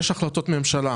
יש החלטות ממשלה.